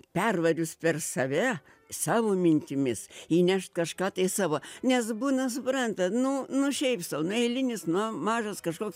pervarius per save savo mintimis įnešt kažką tai savo nes būna suprantat nu nu šiaip sau nu eilinis na mažas kažkoks